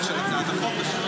לצורך שבהצעת החוק.